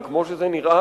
אבל כמו שזה נראה,